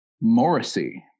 Morrissey